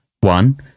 One